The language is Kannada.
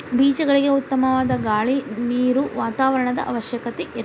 ಬೇಜಗಳಿಗೆ ಉತ್ತಮವಾದ ಗಾಳಿ ನೇರು ವಾತಾವರಣದ ಅವಶ್ಯಕತೆ ಇರತತಿ